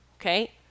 okay